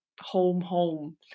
home-home